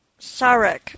Sarek